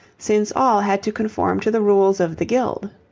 since all had to conform to the rules of the guild.